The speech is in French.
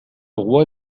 roi